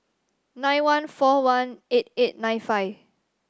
nine one four one eight eight nine five